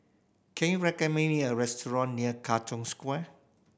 can you recommend me a restaurant near Katong Square